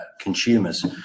consumers